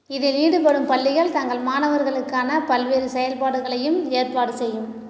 இதில் ஈடுபடும் பள்ளிகள் தங்கள் மாணவர்களுக்கான பல்வேறு செயல்பாடுகளையும் ஏற்பாடு செய்யும்